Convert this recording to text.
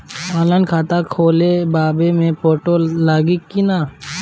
Online खाता खोलबाबे मे फोटो लागि कि ना?